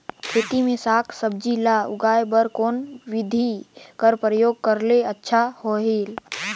खेती मे साक भाजी ल उगाय बर कोन बिधी कर प्रयोग करले अच्छा होयल?